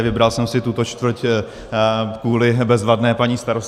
Vybral jsem si tuto čtvrť kvůli bezvadné paní starostce.